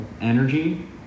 energy